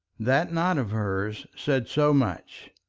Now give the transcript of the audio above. that nod of hers said so much.